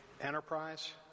enterprise